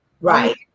Right